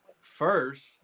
first